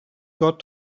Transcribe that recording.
got